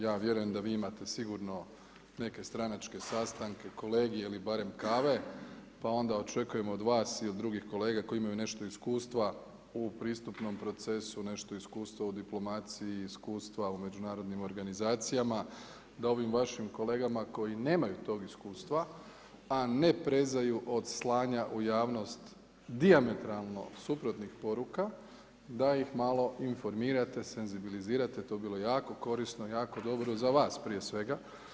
Ja vjerujem da vi imate sigurno neke stranačke sastanke, kolegije ili barem kave, pa onda očekujem od vas i od drugih kolega koji imaju nešto iskustva u pristupnom procesu, nešto iskustva u diplomaciji, iskustva u međunarodnim organizacijama da ovim vašim kolegama koji nemaju tog iskustva a ne preziru od slanja u javnost dijametralno suprotnih poruka da ih malo informirate, senzibilizirate, to bi bilo jako korisno, jako dobro za vas prije svega.